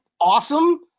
awesome